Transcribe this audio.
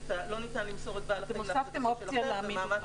אתם הוספתם אופציה להמית אותו.